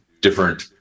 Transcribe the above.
different